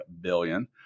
billion